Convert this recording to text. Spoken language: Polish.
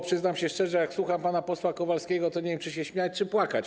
Przyznam się szczerze, że jak słucham pana posła Kowalskiego, to nie wiem, czy się śmiać, czy płakać.